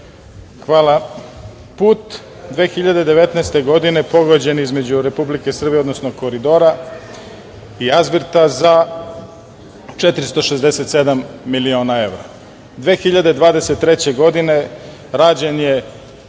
Hvala. Put 2019. godine pogođen između Republike Srbije, odnosno „Koridora“ i „Azvirta“ za 467 miliona evra. Godine 2023. rađen je